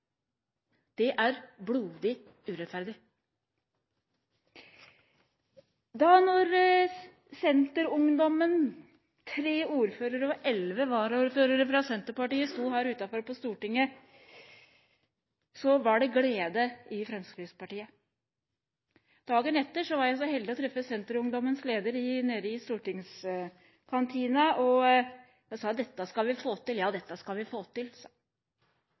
Det er blodig urettferdig. Da Senterungdommen, tre ordførere og elleve varaordførere fra Senterpartiet sto her utenfor Stortinget, var det glede i Fremskrittspartiet. Dagen etter var jeg så heldig å treffe Senterungdommens leder nede i stortingskantina, og hun sa at dette skal vi få til. Men plutselig var det altså noen i regjeringskontorene som tenkte at søren klype, her må vi